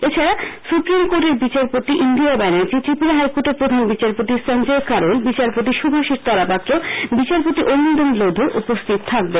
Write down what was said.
এছাড়া সুপ্রিমকোর্টের বিচারপতি ইন্দিরা ব্যানার্জি ত্রিপুরা হাইকোর্টের প্রধান বিচারপতি সঞ্জয় কারোল বিচারপতি সুভাশীষ তলাপাত্র বিচারপতি অরিন্দম লোধ উপস্হিত থাকবেন